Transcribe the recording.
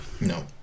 no